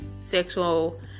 sexual